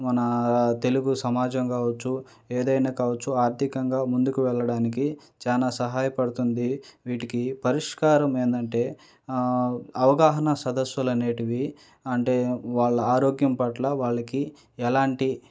మన తెలుగు సమాజం కావచ్చు ఏదైనా కావచ్చు ఆర్థికంగా ముందుకు వెళ్ళడానికి చానా సహాయపడుతుంది వీటికి పరిష్కారం ఏందంటే అవగాహన సదస్సులు అనేటివి అంటే వాళ్ళ ఆరోగ్యం పట్ల వాళ్ళకి ఎలాంటి